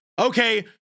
Okay